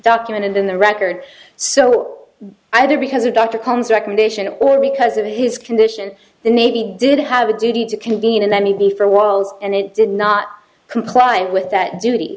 documented in the record so either because a doctor comes recommendation or because of his condition the navy did have a duty to convene and that may be for walls and it did not comply with that duty